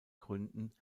gründen